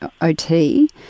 OT